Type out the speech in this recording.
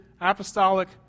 apostolic